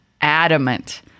adamant